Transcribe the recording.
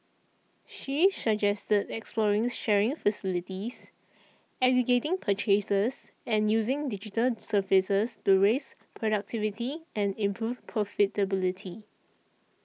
she suggested exploring sharing facilities aggregating purchases and using digital services to raise productivity and improve profitability